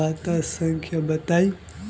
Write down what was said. खाता संख्या बताई?